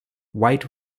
white